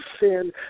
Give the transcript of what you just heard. sin